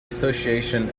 association